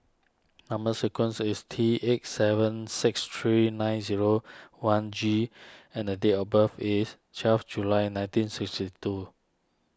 Number Sequence is T eight seven six three nine zero one G and date of birth is twelve July nineteen sixty two